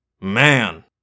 Man